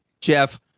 jeff